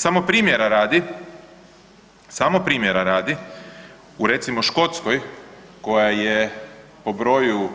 Samo primjera radi, samo primjera radi u recimo Škotskoj koja je po broju